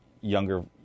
younger